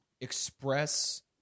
express